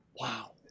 Wow